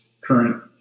current